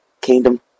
Kingdom